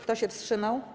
Kto się wstrzymał?